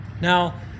Now